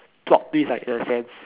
plot twist like in a sense